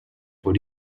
voor